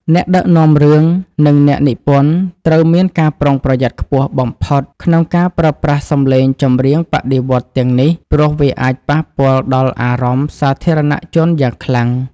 អ្នកដឹកនាំរឿង និងអ្នកនិពន្ធត្រូវមានការប្រុងប្រយ័ត្នខ្ពស់បំផុតក្នុងការប្រើប្រាស់សម្លេងចម្រៀងបដិវត្តន៍ទាំងនេះ ព្រោះវាអាចប៉ះពាល់ដល់អារម្មណ៍សាធារណជនយ៉ាងខ្លាំង។